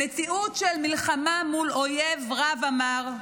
במציאות של מלחמה מול אויב רע ומר,